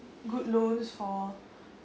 good loans for